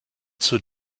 zur